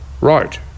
right